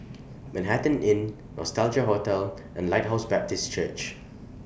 Manhattan Inn Nostalgia Hotel and Lighthouse Baptist Church